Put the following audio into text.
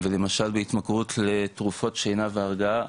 ולמשל בהתמכרות לתרופות שינה והרגעה,